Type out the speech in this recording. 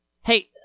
Hey